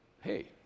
Hey